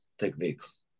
Techniques